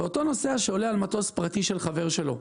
ואותו נוסע שעולה על מטוס פרטי של חבר שלו,